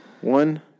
One